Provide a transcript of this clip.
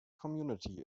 community